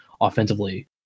offensively